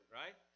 right